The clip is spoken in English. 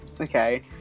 okay